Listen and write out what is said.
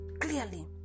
clearly